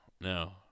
No